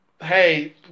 hey